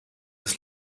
ist